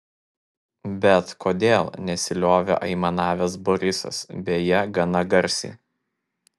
bet kodėl nesiliovė aimanavęs borisas beje gana garsiai